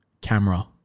camera